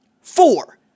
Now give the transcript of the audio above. Four